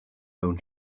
own